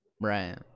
Right